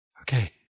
Okay